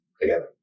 together